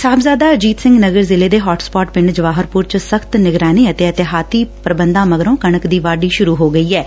ਸਾਹਿਬਜ਼ਾਦਾ ਅਜੀਤ ਸਿੰਘ ਨਗਰ ਜ਼ਿਲ੍ਹੇ ਦੇ hot spot ਪਿੰਡ ਜਵਾਹਰਪੁਰ ਚ ਸਖ਼ਤ ਨਿਗਰਾਨੀ ਅਤੇ ਅਹਿਤਿਆਤੀ ਪ੍ਰਬੰਧਾਂ ਮਗਰੋ ਕਣਕ ਦੀ ਵਾਢੀ ਸ਼ੁਰੂ ਹੋ ਗਈ ਐਂ